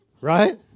right